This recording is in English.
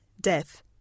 death